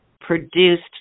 produced